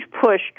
push